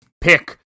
pick